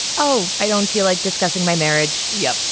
oh, i don't feel like discussing my marriage yep.